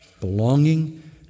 Belonging